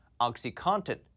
OxyContin